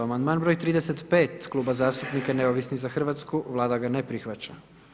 Amandman broj 35 Kluba zastupnika Neovisni za Hrvatsku, Vlada ga ne prihvaća.